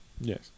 Yes